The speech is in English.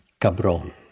Cabron